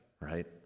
right